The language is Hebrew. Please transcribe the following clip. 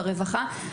ברווחה.